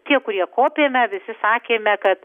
tie kurie kopėme visi sakėme kad